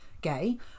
gay